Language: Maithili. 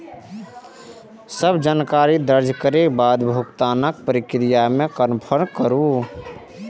सब जानकारी दर्ज करै के बाद भुगतानक प्रक्रिया कें कंफर्म करू